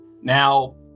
Now